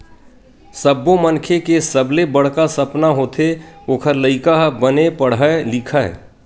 सब्बो मनखे के सबले बड़का सपना होथे ओखर लइका ह बने पड़हय लिखय